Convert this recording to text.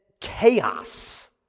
chaos